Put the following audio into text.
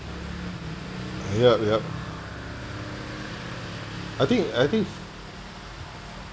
yup yup I think I think